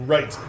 Right